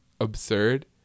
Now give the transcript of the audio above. absurd